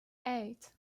eight